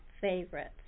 favorites